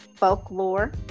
folklore